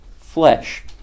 flesh